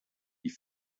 die